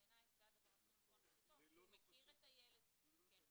שבעיניי זה הדבר הכי נכון והכי טוב כי הוא מכיר את הילד --- נכון.